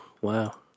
wow